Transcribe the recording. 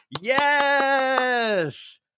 Yes